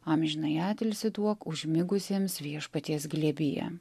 amžinąjį atilsį duok užmigusiems viešpaties glėbyje